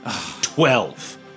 Twelve